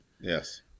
Yes